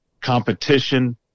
competition